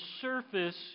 surface